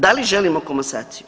Da li želimo komasaciju?